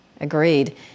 Agreed